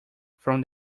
from